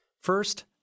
First